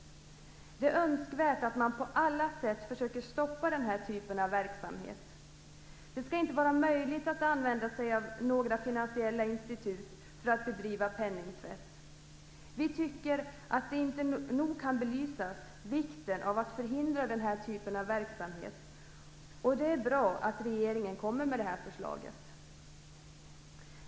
Det är önskvärt att man på alla sätt försöker stoppa den här typen av verksamhet. Det skall inte vara möjligt att använda sig av finansiella institut för att bedriva penningtvätt. Vi tycker att man inte nog kan framhålla vikten av att förhindra den här typen av verksamhet. Det är bra att regeringen kommer med det här förslaget.